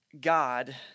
God